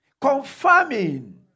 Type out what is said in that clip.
Confirming